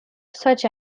such